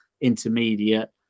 intermediate